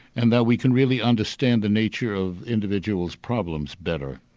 and that we can really understand the nature of individuals' problems better.